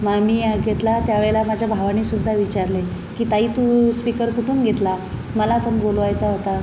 म मी घेतला त्यावेळेला माझ्या भावाने सुद्धा विचारले की ताई तू स्पीकर कुठून घेतला मला पण बोलवायचा होता